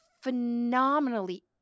phenomenally